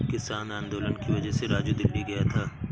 किसान आंदोलन की वजह से राजू दिल्ली गया था